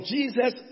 Jesus